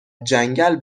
جنگل